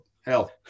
hell